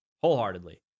Wholeheartedly